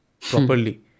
properly